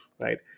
right